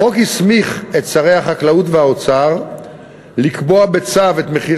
החוק הסמיך את שרי החקלאות והאוצר לקבוע בצו את מחיר